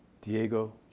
Diego